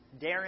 Darren